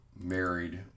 married